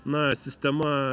na sistema